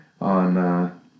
on